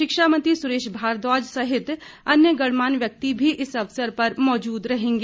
शिक्षा मंत्री सुरेश भारद्वाज सहित अन्य गणमान्य व्यक्ति भी इस अवसर पर मौजूद रहेंगे